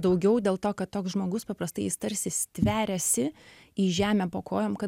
daugiau dėl to kad toks žmogus paprastai jis tarsi stveriasi į žemę po kojom kad